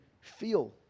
feel